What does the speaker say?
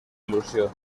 il·lusió